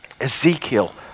Ezekiel